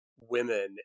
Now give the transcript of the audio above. women